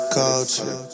culture